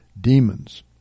demons